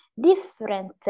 different